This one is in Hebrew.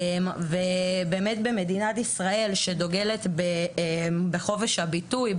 במדינת ישראל שדוגלת בחופש הביטוי,